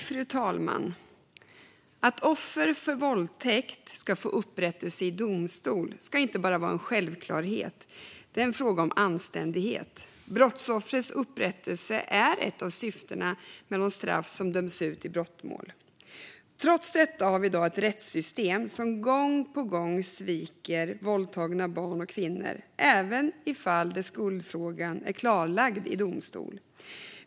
Fru talman! Att offer för våldtäkt ska få upprättelse i domstol ska inte bara vara en självklarhet. Det är en fråga om anständighet. Brottsoffrens upprättelse är ett av syftena med de straff som döms ut i brottmål. Trots detta har vi i dag ett rättssystem som gång på gång sviker våldtagna barn och kvinnor, även i fall där skuldfrågan är klarlagd i domstol.